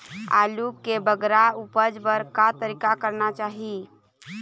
आलू के बगरा उपज बर का तरीका करना चाही?